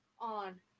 On